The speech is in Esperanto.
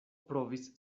provis